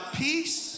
peace